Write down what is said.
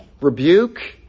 Rebuke